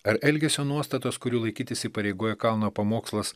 ar elgesio nuostatos kurių laikytis įpareigoja kalno pamokslas